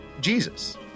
Jesus